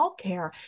healthcare